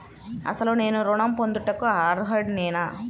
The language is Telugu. అసలు నేను ఋణం పొందుటకు అర్హుడనేన?